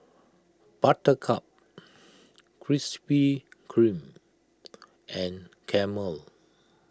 Buttercup Krispy Kreme and Camel